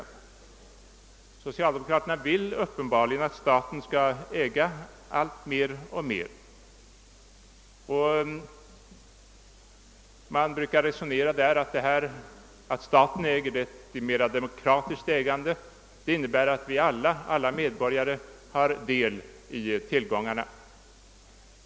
Socialdemokraterna vill uppenbarligen att staten skall äga alltmer. De brukar resonera så, att när staten äger blir det ett mer deomkratiskt ägande, alla medborgare har del av tillgångarna.